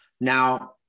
Now